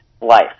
life